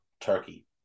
Turkey